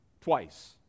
twice